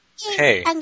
hey